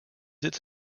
its